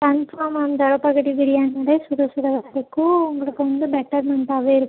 confirm ma'am Thalappakatti biryani வந்து சுட சுட இருக்கும் உங்களுக்கு வந்து பெட்டர்மெண்ட்டாகவே இருக்கும்